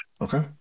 Okay